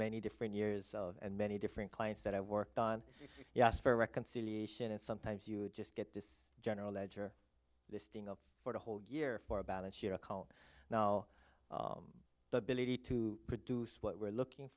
many different years and many different clients that i've worked on yes for reconciliation and sometimes you just get this general ledger this thing of for the whole year for a balance sheet a call now the ability to produce what we're looking